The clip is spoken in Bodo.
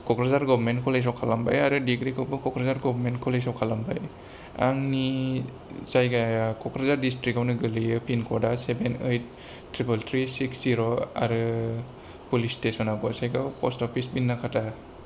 क'क्राझार गबमेंट कलेजाव खालामबाय आरो डिग्रिखौबो क'क्राझार गबमेंट कलेजाव खालामबाय आंनि जायगाया क'क्राझार डिस्ट्रिक्ट आवनो गोग्लैयो पिन कड आ सेबेन ओइत थ्रिपोल थ्रि सिक्स जिर' आरो पुलिस स्टेशनआ गसाइगाव पस्ट अफिस बिनाकाता